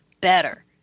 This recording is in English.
better